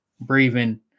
breathing